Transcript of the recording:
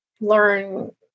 learn